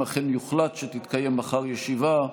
אם אכן יוחלט שתתקיים מחר ישיבה,